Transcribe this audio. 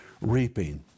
reaping